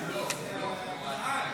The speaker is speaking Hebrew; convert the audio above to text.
הערב,